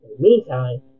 Meantime